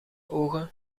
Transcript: ogen